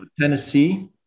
Tennessee